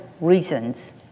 reasons